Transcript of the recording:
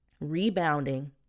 rebounding